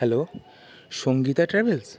hello Sangeeta travels